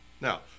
Now